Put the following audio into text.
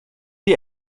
die